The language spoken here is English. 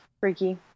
freaky